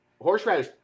horseradish